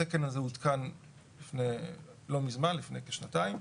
התקן הזה הותקן לא מזמן, לפני כשנתיים.